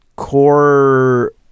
Core